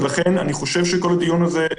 ולכן אני חושב שכל הדיון הזה,